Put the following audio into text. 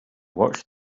watched